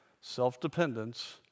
self-dependence